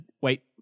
wait